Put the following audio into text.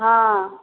हँ